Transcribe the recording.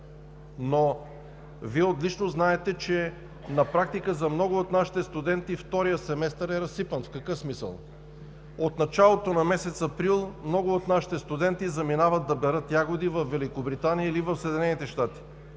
Вие отлично знаете, че за много от нашите студенти вторият семестър на практика е разсипан. В какъв смисъл? От началото на месец април много от нашите студенти заминават да берат ягоди във Великобритания или в САЩ. Искам да